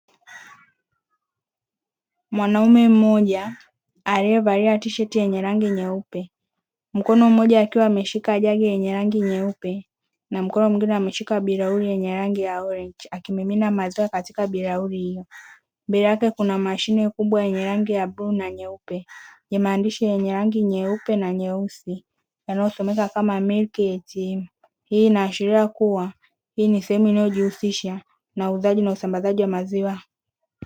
Mwanaume mmoja amevalia tisheti yake ya rangi nyeupe. Mkono mmoja akiwa ameshika jagi yenye rangi nyeupe na mkono mwingine ameshika bilauri yenye rangi ya orenji akimimina maziwa katika bilauri hiyo. Mbele yake kuna mashine kubwa yenye rangi ya bluu na nyeupe na maandishi yenye rangi nyeupe na nyeusi yanayosomeka kama milky ATM. Hii inaashiria kuwa hii ni sehemu inayojihusisha na uuzaji na usambazaji wa maziwa.